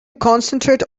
concentrate